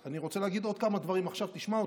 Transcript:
ואל תטיף לנו מוסר.